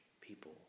people